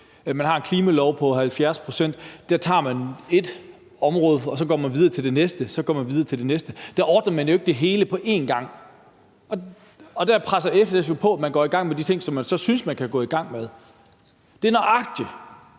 man så går videre til det næste område og videre til det næste område. Der ordner man jo ikke det hele på en gang, og der presser SF jo på, for at man går i gang med de ting, som man så synes man kan gå i gang med. Det er nøjagtig